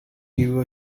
you